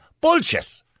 Bullshit